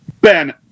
Ben